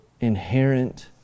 inherent